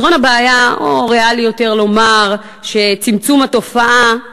פתרון הבעיה, או ריאלי יותר לומר שצמצום התופעה,